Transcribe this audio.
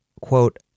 quote